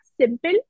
simple